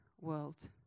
world